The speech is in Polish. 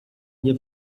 nie